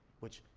which,